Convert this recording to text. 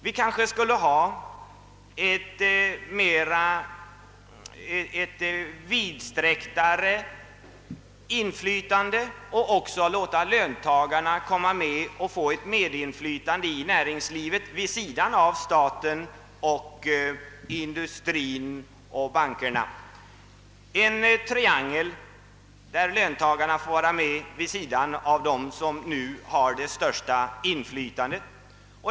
Vi bör ha ett vidsträcktare inflytande och också låta löntagarna få ett medinflytande i affärslivet vid sidan av staten, industrin och bankerna, en triangel där löntagarna får vara med vid sidan av dem som nu har det största inflytandet.